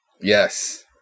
Yes